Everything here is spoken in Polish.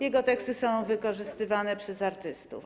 Jego teksty są wykorzystywane przez artystów.